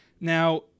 Now